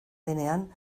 denean